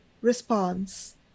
response